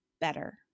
better